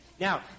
Now